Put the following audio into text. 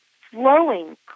flowing